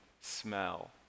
smell